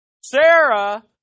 Sarah